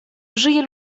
żyje